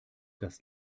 das